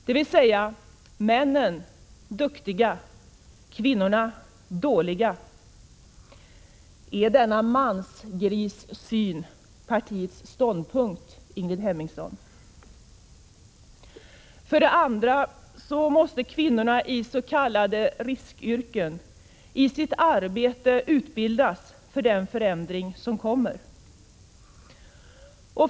Det betyder: Männen — duktiga, kvinnorna — dåliga. Är denna mansgrissyn partiets ståndpunkt, Ingrid Hemmingsson? För det andra måste kvinnornas.k. riskyrken i sitt arbete utbildas för den förändring som kommer.